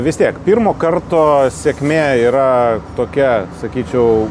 vis tiek pirmo karto sėkmė yra tokia sakyčiau